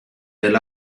del